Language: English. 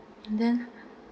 and then